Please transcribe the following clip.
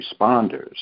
responders